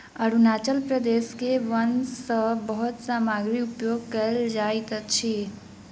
अरुणाचल प्रदेश के वन सॅ बहुत सामग्री उपयोग कयल जाइत अछि